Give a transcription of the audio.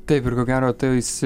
taip ir ko gero tais